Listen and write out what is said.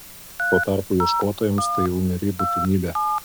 tuo tarpu ieškotojams tai jau niūri būtinybė